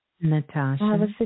Natasha